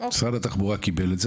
משרד התחבורה קיבל את זה,